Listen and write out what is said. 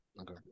Okay